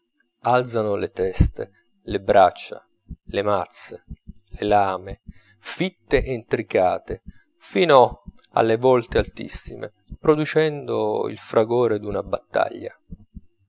alzano le teste le braccia le mazze le lame fitte e intricate fino alle vlte altissime producendo il fragore d'una battaglia